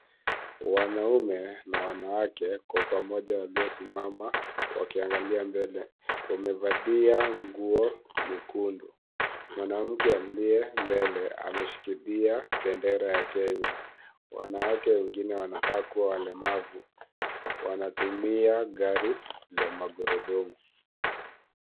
Wanaume na wanawake kwa pamaja walio simama wakiangalia mbele. Wamevalia nguo nyekundu. Mwanamke aliye mbele ameshikilia bendera ya Kenya. Wanawake wengine wanakaa kuwa walemavu, wanatumia gari ya magurudumu.